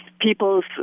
people's